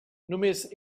només